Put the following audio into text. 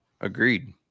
Agreed